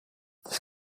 des